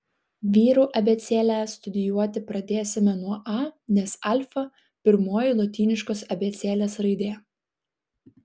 vyrų abėcėlę studijuoti pradėsime nuo a nes alfa pirmoji lotyniškos abėcėlės raidė